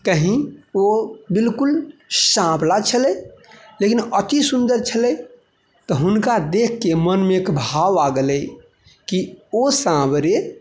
कहीँ ओ बिलकुल साँवला छलै लेकिन अति सुन्दर छलै तऽ हुनका देखकऽ मनमे एक भाव आ गेलै कि ओ साँवरे